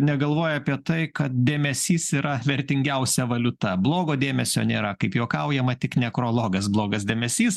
negalvoja apie tai kad dėmesys yra vertingiausia valiuta blogo dėmesio nėra kaip juokaujama tik nekrologas blogas dėmesys